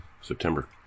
September